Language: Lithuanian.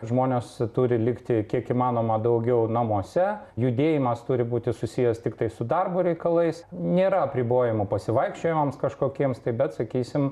žmonės turi likti kiek įmanoma daugiau namuose judėjimas turi būti susijęs tiktai su darbo reikalais nėra apribojimų pasivaikščiojimams kažkokiems tai bet sakysim